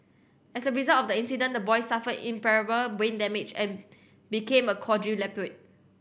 as a result of the accident the boy suffered irreparable brain damage and became a quadriplegic